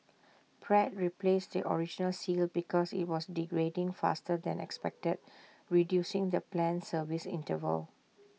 Pratt replaced the original seal because IT was degrading faster than expected reducing the planned service interval